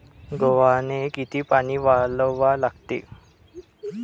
गव्हाले किती पानी वलवा लागते?